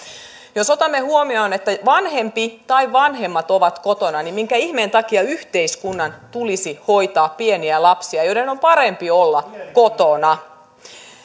jos otamme huomioon että vanhempi tai vanhemmat ovat kotona niin minkä ihmeen takia yhteiskunnan tulisi hoitaa pieniä lapsia joiden on parempi olla kotona